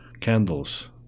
candles